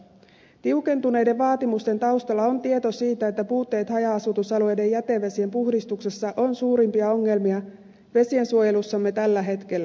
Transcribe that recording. tiukentuneiden vaatimusten taustalla on tieto siitä että puutteet haja asutusalueiden jätevesien puhdistuksessa ovat suurempia ongelmia vesiensuojelussamme tällä hetkellä